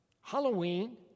Halloween